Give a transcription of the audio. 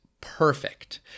perfect